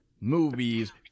movies